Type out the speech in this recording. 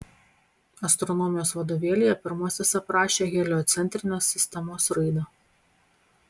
astronomijos vadovėlyje pirmasis aprašė heliocentrinės sistemos raidą